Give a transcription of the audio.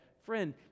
Friend